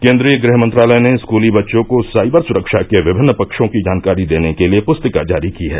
केन्द्रीय गृहमंत्रालय ने स्कूली बच्चों को साइबर सुरक्षा के विभिन्न पक्षों की जानकारी देने के लिए पुस्तिका जारी की है